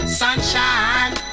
sunshine